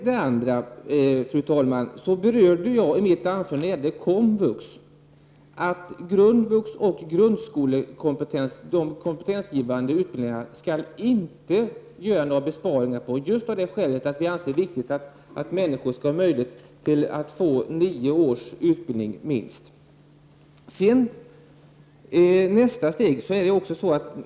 Beträffande komvux sade jag att grundvuxoch grundskolekompetensutbildningarna inte skall bli föremål för besparingar just av det skälet att vi anser det vara viktigt att människor skall kunna få minst nio års utbildning.